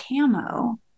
camo